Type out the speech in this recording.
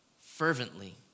fervently